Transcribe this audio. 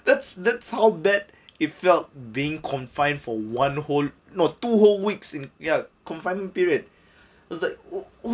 that's that's how bad it felt being confined for one whole no two whole weeks in ya confinement period I was like oh oh